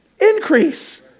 increase